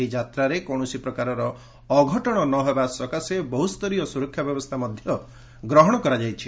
ଏହି ଯାତ୍ରାରେ କୌଣସି ପ୍ରକାରର ଅଘଟଣ ନ ହେବା ସକାଶେ ବହୁସ୍ତରୀୟ ସୁରକ୍ଷା ବ୍ୟବସ୍ଥା ଗ୍ରହଣ କରାଯାଇଛି